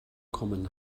kommen